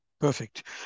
Perfect